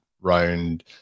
round